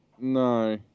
No